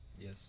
Yes